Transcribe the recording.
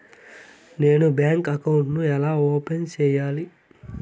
నేను bank account ను ఎలా ఓపెన్ సేయాలి?